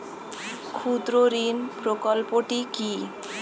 ক্ষুদ্রঋণ প্রকল্পটি কি?